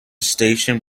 station